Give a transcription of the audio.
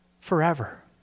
forever